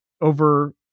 over